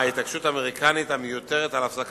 ההתעקשות האמריקנית המיותרת על הפסקת